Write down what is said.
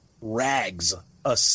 rags—a